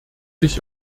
sich